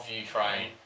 Ukraine